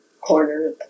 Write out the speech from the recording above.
corner